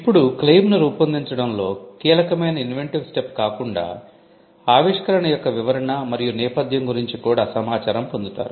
ఇప్పుడు క్లెయిమ్ ను రూపొందించడంలో కీలకమైన ఇన్వెంటివ్ స్టెప్ కాకుండా ఆవిష్కరణ యొక్క వివరణ మరియు నేపథ్యం గురించి కూడా సమాచారం పొందుతారు